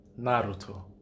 Naruto